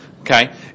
okay